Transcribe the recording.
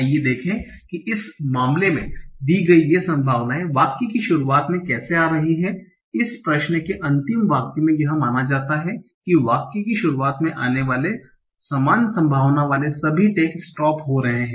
आइए देखें कि इस मामले में दी गई ये संभावनाएँ वाक्य की शुरुआत में कैसे आ रही हैं इस प्रश्न के अंतिम वाक्य में यह माना जाता है कि वाक्य की शुरुआत में आने वाले समान संभावना वाले सभी टैग स्टॉप हो रहे हैं